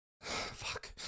Fuck